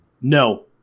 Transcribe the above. No